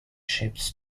ships